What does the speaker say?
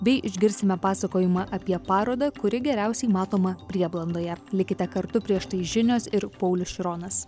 bei išgirsime pasakojimą apie parodą kuri geriausiai matoma prieblandoje likite kartu prieš tai žinios ir paulius šironas